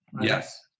Yes